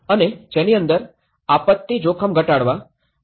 અને જેની અંદર આપત્તિ જોખમ ઘટાડવા અને યુ